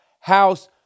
house